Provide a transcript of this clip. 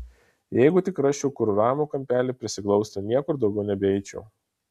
jeigu tik rasčiau kur ramų kampelį prisiglausti niekur daugiau nebeeičiau